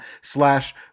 slash